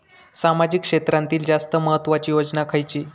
सामाजिक क्षेत्रांतील जास्त महत्त्वाची योजना खयची?